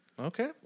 okay